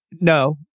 No